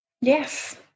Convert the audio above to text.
Yes